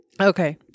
okay